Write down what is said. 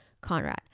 Conrad